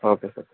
okay sir